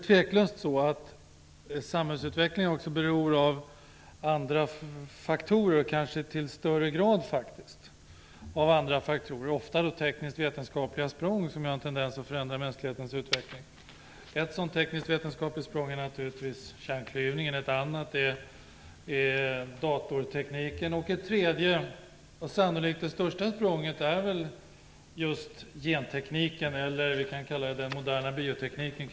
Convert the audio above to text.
Tveklöst beror samhällsutvecklingen också, och kanske i högre grad, av andra faktorer. Det gäller ofta tekniskt-vetenskapliga språng, som har en tendens att förändra mänsklighetens utveckling. Ett sådant språng är naturligtvis kärnklyvningen, ett annat är datortekniken. Ett tredje språng, och sannolikt det största, är gentekniken, eller kanske rättare sagt: den moderna biotekniken.